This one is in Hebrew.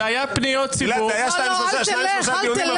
זה היה שניים-שלושה דיונים,